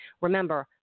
Remember